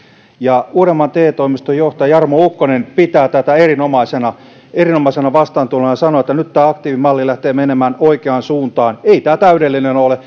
uudenmaan te toimiston johtaja jarmo ukkonen pitää tätä erinomaisena erinomaisena vastaantulona ja sanoo että nyt tämä aktiivimalli lähtee menemään oikeaan suuntaan ei tämä täydellinen ole